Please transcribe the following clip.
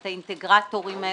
את האינטגרטורים האלה.